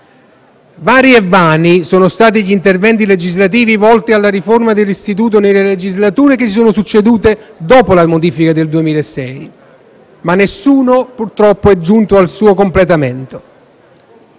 Vari e vani sono stati gli interventi legislativi volti alla riforma dell'istituto nelle legislature che si sono succedute dopo la modifica del 2006, ma nessuno, purtroppo, è giunto al suo completamento.